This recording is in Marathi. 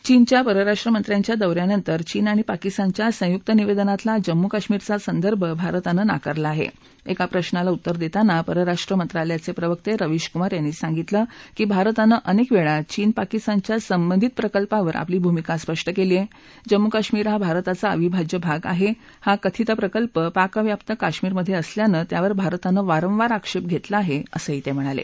चीनच्या परराष्ट्र मंत्र्यांच्या दौ यानंतर चीन आणि पाकिस्तानच्या संयुक्त निवद्दज्ञातला जम्मू कश्मीरचा संदर्भ भारतानं नाकारला आहा एका प्रश्नाला उत्तर दक्षीना परराष्ट्र मंत्रालयाच प्रिवर्त्त रेविशकुमार यांनी सांगितलं की भारतानं अनक्व वक्ती चीन पाकिस्तानच्या संबंधित प्रकल्पावर आपली भूमिका स्पष्ट कळी आहा जम्मू कश्मीर हा भारताचा अविभाज्य भाग आहा हा कथित प्रकल्प पाकव्याप्त कश्मीरमध्ये असल्यानं त्यावर भारतानं वारंवार आक्षर घरला आह असंही रविशकुमार यांनी सांगितलं